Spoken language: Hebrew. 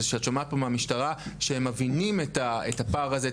שאת שומעת מהמשטרה שהם מבינים את הפער ואת